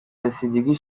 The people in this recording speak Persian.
رسیدگی